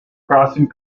crossing